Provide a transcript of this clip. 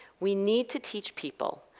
we need to teach people,